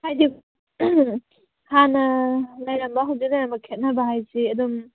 ꯍꯥꯏꯗꯤ ꯍꯥꯟꯅ ꯂꯩꯔꯝꯕ ꯍꯧꯖꯤꯛ ꯂꯩꯔꯝꯕ ꯈꯦꯅꯅꯕ ꯍꯥꯏꯁꯤ ꯑꯗꯨꯝ